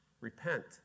Repent